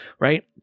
right